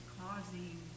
causing